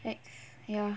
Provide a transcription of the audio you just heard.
ex ya